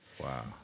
Wow